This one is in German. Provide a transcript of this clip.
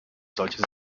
solche